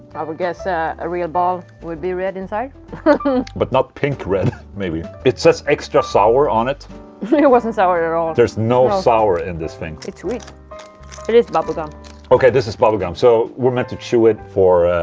i would guess a ah real ball would be red inside but not pink red maybe it says extra sour on it it wasn't sour at all there's no sour in this thing it's weak it is bubble gum ok this is bubble gum, so we're meant to chew it for.